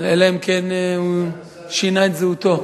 אלא אם כן הוא שינה את זהותו.